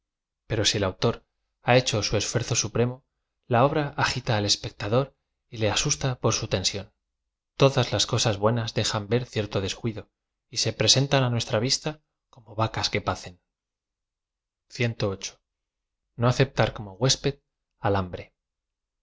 pero si el autor ha hecho sa esfuerzo supremo la obra agita ai espectador y le adusta por su tensión todas las cosas buenas dejan ter cierto descuido y se presentan á nuestra yista como tacas que parecen no acepta como huésped al hotnhre